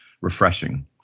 Refreshing